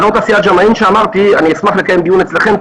על אזור תעשייה ג'מעין אשמח לקיים דיון אצלכם,